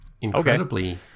incredibly